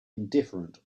indifferent